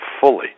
fully